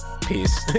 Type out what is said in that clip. peace